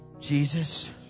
Jesus